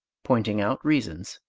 pointing out reasons.